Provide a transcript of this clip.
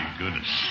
goodness